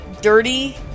dirty